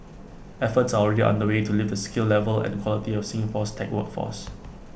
efforts are already underway to lift the skill level and quality of Singapore's tech workforce